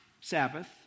Sabbath